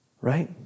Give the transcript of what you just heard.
Right